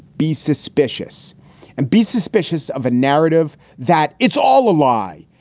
be suspicious and be suspicious of a narrative that it's all a lie.